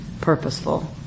purposeful